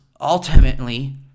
ultimately